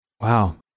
Wow